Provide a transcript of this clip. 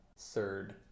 third